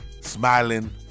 smiling